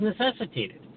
necessitated